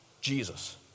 Jesus